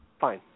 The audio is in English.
Fine